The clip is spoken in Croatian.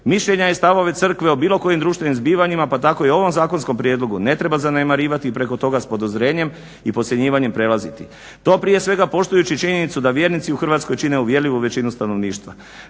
Mišljenja i stavove crkve o bilo kojim društvenim zbivanjima pa tako i ovom zakonskom prijedlogu ne treba zanemarivati i preko toga s podozrenjem i podcjenjivanjem prelaziti. To prije svega poštujući činjenicu da vjernici u Hrvatskoj čine uvjerljivu većinu stanovništva,